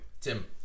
Tim